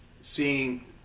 seeing